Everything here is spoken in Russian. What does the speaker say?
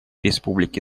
республики